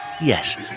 yes